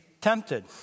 tempted